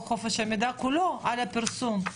חוק חופש המידע כולו על הפרסום.